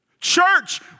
Church